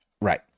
Right